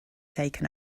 taken